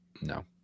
No